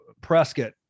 prescott